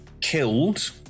killed